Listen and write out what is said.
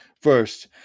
first